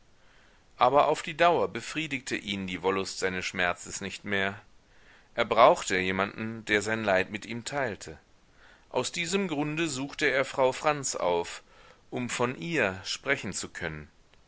aber auf die dauer befriedigte ihn die wollust seines schmerzes nicht mehr er brauchte jemanden der sein leid mit ihm teilte aus diesem grunde suchte er frau franz auf um von ihr sprechen zu können